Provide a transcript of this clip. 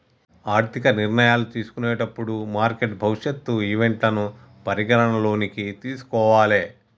ఆర్థిక నిర్ణయాలు తీసుకునేటప్పుడు మార్కెట్ భవిష్యత్ ఈవెంట్లను పరిగణనలోకి తీసుకోవాలే